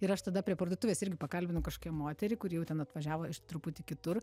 ir aš tada prie parduotuvės irgi pakalbinu kažkokią moterį kuri jau ten atvažiavo iš truputį kitur